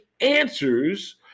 answers